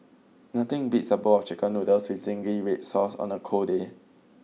nothing beats a bowl of chicken noodles with zingy red Sauce on a cold day